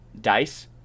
dice